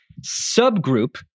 subgroup